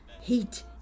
Heat